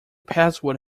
password